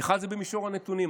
האחד זה במישור הנתונים.